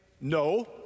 no